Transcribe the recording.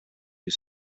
you